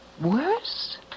Worse